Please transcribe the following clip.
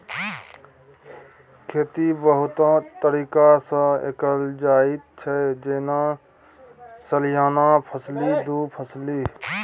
खेती बहुतो तरीका सँ कएल जाइत छै जेना सलियाना फसली, दु फसली